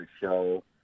show